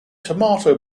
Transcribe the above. tomato